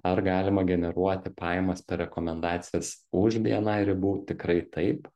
ar galima generuoti pajamas per rekomendacijas už bni ribų tikrai taip